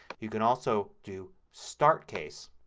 you can also do start case.